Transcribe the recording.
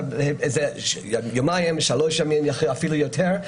יומיים-שלושה ואפילו יותר,